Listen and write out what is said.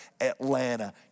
Atlanta